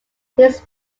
his